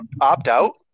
opt-out